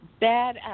bad